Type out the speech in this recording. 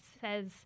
says